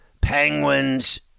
Penguins